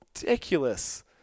ridiculous